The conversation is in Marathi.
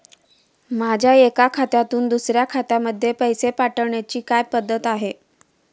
माझ्या एका खात्यातून दुसऱ्या खात्यामध्ये पैसे पाठवण्याची काय पद्धत आहे?